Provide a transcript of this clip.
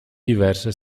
diverse